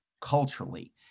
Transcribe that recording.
culturally